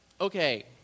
Okay